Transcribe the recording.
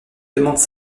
demandent